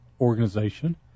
organization